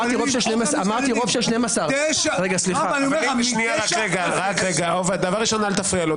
ראשית אל תפריע לו.